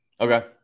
Okay